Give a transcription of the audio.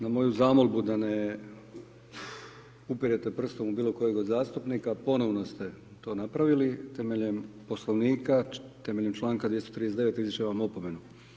Na moju zamolbu da ne upirete prstom u bilo kojeg od zastupnika, ponovno ste to napravili, temeljem Poslovnika, temeljem čl. 239. izričem vam opomenu.